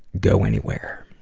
go anywhere,